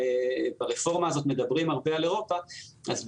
וברפורמה הזו מדברים הרבה על אירופה,